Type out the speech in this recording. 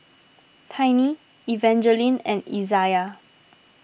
Tiny Evangeline and Izayah